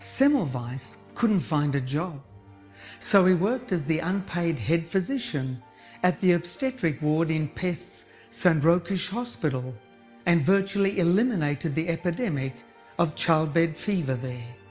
semmelweis so couldn't find a job so he worked as the unpaid head physician at the obstetric ward in pest's saint rochus hospital and virtually eliminated the epidemic of childbed fever there.